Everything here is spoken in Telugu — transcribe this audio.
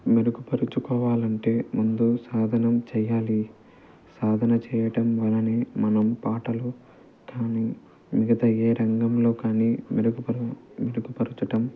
మెరుగుపరుచుకోవాలంటే ముందు సాధనం చెయ్యాలి సాధన చేయటం వలనే మనం పాటలు కానీ మిగతా ఏ రంగంలో కానీ మెరుగుపరు మెరుగుపర్చటం